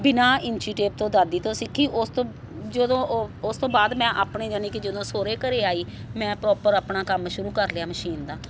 ਬਿਨਾ ਇੰਚੀ ਟੇਪ ਤੋਂ ਦਾਦੀ ਤੋਂ ਸਿੱਖੀ ਉਸ ਤੋਂ ਜਦੋਂ ਉ ਉਸ ਤੋਂ ਬਾਅਦ ਮੈਂ ਆਪਣੀ ਯਾਨੀ ਕਿ ਜਦੋਂ ਸਹੁਰੇ ਘਰ ਆਈ ਮੈਂ ਪ੍ਰੋਪਰ ਆਪਣਾ ਕੰਮ ਸ਼ੁਰੂ ਕਰ ਲਿਆ ਮਸ਼ੀਨ ਦਾ